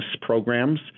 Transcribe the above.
programs